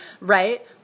right